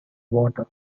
water